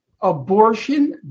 abortion